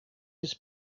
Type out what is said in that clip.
his